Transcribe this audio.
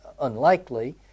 unlikely